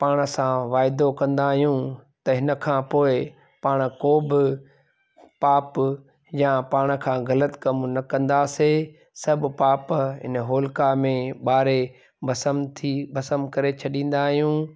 पाण सां वाइदो कंदा आहियूं त हिनखां पोइ पाण को बि पापु या पाण खां ग़लति कमु न कंदासे सभु पाप इन होलिका में ॿारे भस्म थी भस्म करे छॾींदा आहियूं